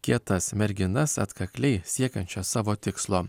kietas merginas atkakliai siekiančias savo tikslo